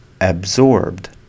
absorbed